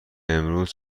امروز